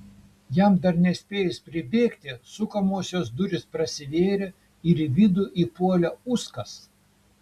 jam dar nespėjus pribėgti sukamosios durys prasivėrė ir į vidų įpuolė uskas